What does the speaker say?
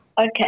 Okay